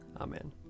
Amen